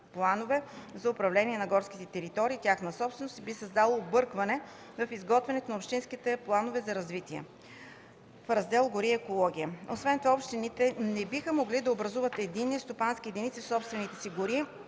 план за управление на горските територии, тяхна собственост, и би създало объркване в изготвянето на общинските планове за развитие в Раздел „Гори и екология“. Освен това общините не биха могли да образуват единни стопански единици в собствените си гори,